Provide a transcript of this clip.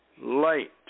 light